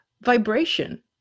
vibration